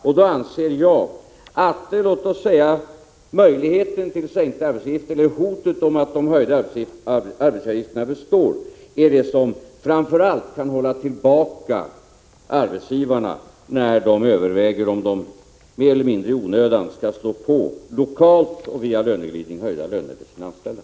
Jag anser att möjligheten till sänkta arbetsgivaravgifter eller ett hot om att de höjda arbetsgivaravgifterna består är det som framför allt kan hålla tillbaka arbetsgivarna när de överväger om de mer eller mindre i onödan, lokalt och via löneglidning, skall gå med på lönehöjningar för sina anställda.